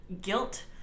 guilt